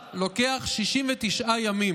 שנייה,